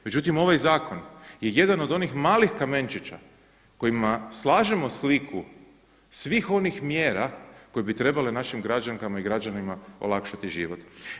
Međutim, ovaj zakon je jedan od onih malih kamenčića kojima slažemo sliku svih onih mjera koje bi trebale našim građankama i građanima olakšati život.